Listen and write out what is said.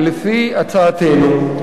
לפי הצעתנו,